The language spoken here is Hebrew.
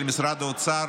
של משרד האוצר